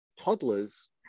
toddlers